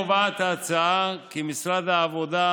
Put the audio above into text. קובעת ההצעה כי משרד העבודה,